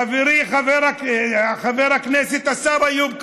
חברי חבר הכנסת השר איוב קרא,